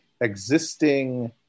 existing